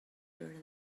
her